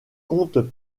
comptent